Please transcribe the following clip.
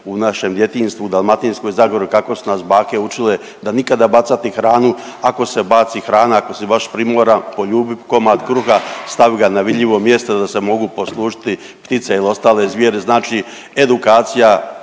u našem djetinjstvu u Dalmatinskoj zagori kako su nas bake učile da nikada bacati hranu. Ako se baci hrana, ako si baš primoran poljubi komad kruha, stavi ga na vidljivo mjesto da se mogu poslužiti ptice ili ostale zvijeri, znači edukacija.